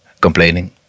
complaining